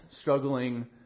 struggling